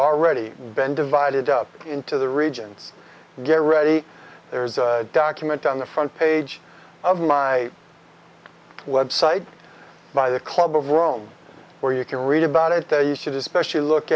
already been divided up into the regions get ready there's a document on the front page of my website by the club of rome where you can read about it there you should especially look